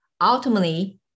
Ultimately